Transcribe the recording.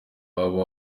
iwabo